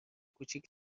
کوچیک